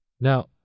Now